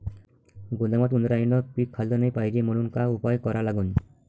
गोदामात उंदरायनं पीक खाल्लं नाही पायजे म्हनून का उपाय करा लागन?